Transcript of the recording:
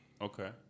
Okay